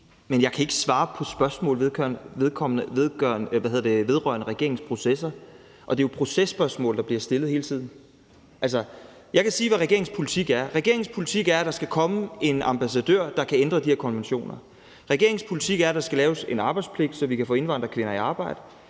men jeg kan ikke svare på spørgsmål vedrørende regeringens processer, og det er jo processpørgsmål, der bliver stillet hele tiden. Altså, jeg kan sige, hvad regeringens politik er. Regeringens politik er, at der skal komme en ambassadør, der kan ændre de her konventioner. Regeringens politik er, at der skal laves en arbejdspligt, så vi kan få indvandrerkvinder i arbejde.